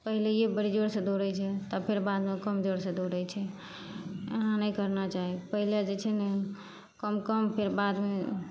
पहिलैए बड़ी जोरसे दौड़ै छै तब फेर बादमे कम जोरसे दौड़ै छै एना नहि करना चाही पहिले जे छै ने कम कम फेर बादमे